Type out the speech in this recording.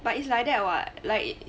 but it's like that what like